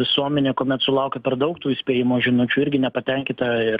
visuomenė kuomet sulaukia per daug tų įspėjimo žinučių irgi nepatenkinta ir